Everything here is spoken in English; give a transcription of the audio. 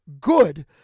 good